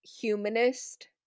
humanist